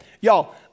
Y'all